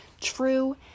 true